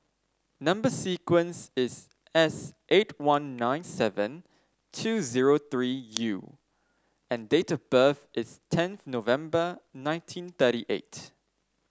number sequence is S eight one nine seven two zero three U and date of birth is tenth November nineteen thirty eight